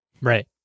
Right